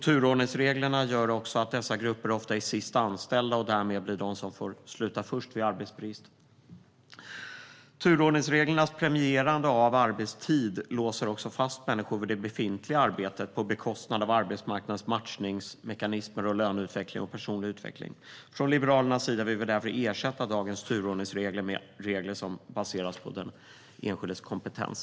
Turordningsreglerna gör också att dessa grupper ofta är sist anställda och därmed blir de som får sluta först vid arbetsbrist. Turordningsreglernas premierande av arbetstid låser också fast vid det befintliga arbetet på bekostnad av arbetsmarknadens matchningsmekanismer, löneutveckling och personlig utveckling. Från Liberalernas sida vill vi därför ersätta dagens turordningsregler med regler som baseras på den enskildes kompetens.